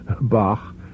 Bach